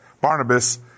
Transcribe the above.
Barnabas